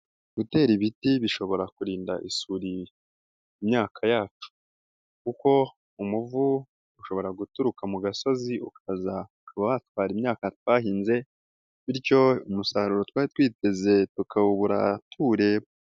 Gutera ibiti bishobora kurinda isuri imyaka yacu kuko umuvu ushobora guturuka mu gasozi ukaza ukaba watwara imyaka twahinze bityo umusaruro twari twiteze tukawubura tuwureba.